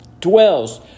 dwells